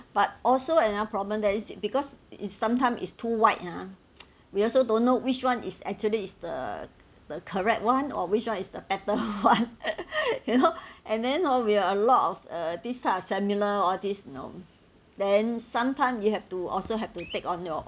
but also another problem that is because it's sometime is too white ah we also don't know which one is actually is the the correct one or which one is the better one you know and then oh we are a lot of uh this kind of seminar all these you know then sometime you have to also have to take on your